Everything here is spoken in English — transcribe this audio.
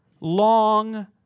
long